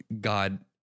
God